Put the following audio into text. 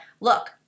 look